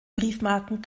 briefmarken